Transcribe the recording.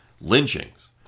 lynchings